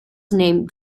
named